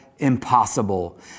impossible